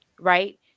right